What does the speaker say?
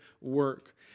work